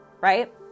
right